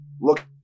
look